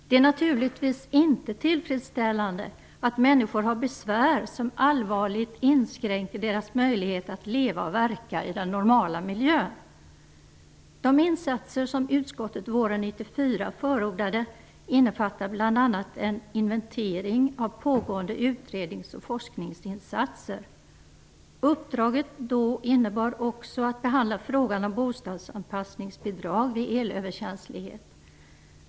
Det är naturligtvis inte tillfredsställande att människor har besvär som allvarligt inskränker deras möjligheter att leva och verka i den normala miljön. De insatser som utskottet våren 1994 förordade innefattar bl.a. en inventering av pågående utrednings och forskningsinsatser. Uppdraget då innebar också frågan om bostadsanpassningsbidrag vid elöverkänslighet skulle behandlas.